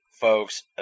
folks